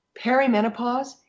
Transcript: perimenopause